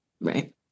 Right